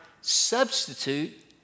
substitute